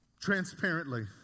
transparently